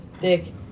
Dick